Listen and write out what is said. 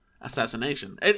assassination